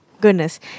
goodness